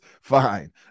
fine